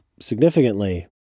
significantly